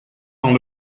dans